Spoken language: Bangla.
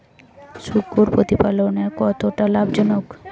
শূকর প্রতিপালনের কতটা লাভজনক?